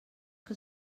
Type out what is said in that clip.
que